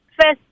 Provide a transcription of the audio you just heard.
first